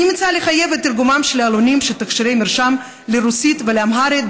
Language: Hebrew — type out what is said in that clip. אני מציעה לחייב את תרגומם של העלונים שתכשירי מרשם לרוסית ולאמהרית,